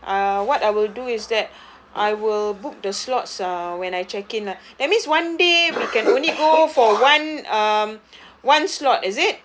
uh what I will do is that I will book the slots uh so when I check in lah that means one day we can only go for one um one slot is it